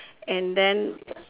and then